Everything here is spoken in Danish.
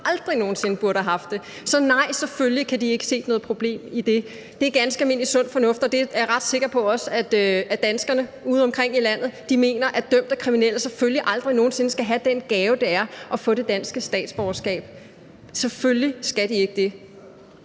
aldrig nogen sinde burde have haft det. Så nej, selvfølgelig kan de ikke se noget problem i det. Det er ganske almindelig sund fornuft, og jeg er ret sikker på, at danskerne udeomkring i landet mener, at dømte kriminelle selvfølgelig aldrig nogen sinde skal have den gave, det er, at få det danske statsborgerskab. Selvfølgelig skal de ikke det.